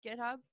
github